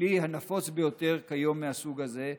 הכלי הנפוץ ביותר כיום מהסוג הזה,